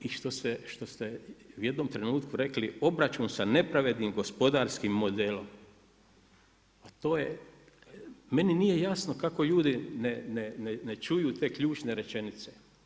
I što ste u jednom trenutku rekli obračun sa nepravednim gospodarskim modelom a to je meni nije jasno kako ljudi ne čuju te ključne rečenice.